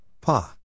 Pa